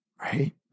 right